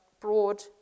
broad